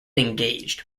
engaged